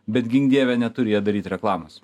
bet gink dieve neturi jie daryt reklamos